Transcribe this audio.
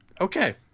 okay